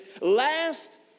Last